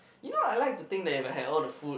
you know I like to think that you might have all the food